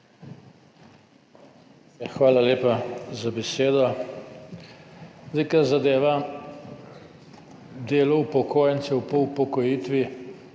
Hvala lepa za besedo. Kar zadeva delo upokojencev po upokojitvi,